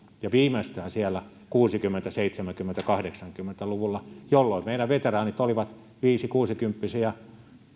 ja viimeistään siellä kuusikymmentä seitsemänkymmentä kahdeksankymmentä luvuilla jolloin meidän veteraanimme olivat viisi kuusikymppisiä